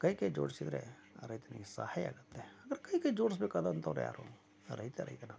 ಕೈ ಕೈ ಜೋಡಿಸಿದ್ದರೆ ಆ ರೈತನಿಗೆ ಸಹಾಯ ಆಗುತ್ತೆ ಆದರೆ ಕೈ ಕೈ ಜೋಡಿಸ ಬೇಕಾದಂತವ್ರು ಯಾರು ರೈತ ರೈತನಲ್ಲ